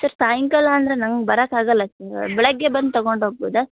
sir ಸಾಯಂಕಾಲ ಅಂದರೆ ನಂಗೆ ಬರೊಕಾಗಲ್ಲ ಸರ್ ಬೆಳಗ್ಗೆ ಬಂದು ತಗೊಂಡು ಹೋಗ್ಬೋದ